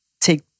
take